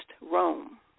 Rome